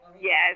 Yes